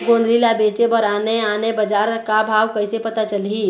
गोंदली ला बेचे बर आने आने बजार का भाव कइसे पता चलही?